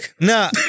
Nah